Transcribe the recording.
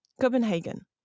Copenhagen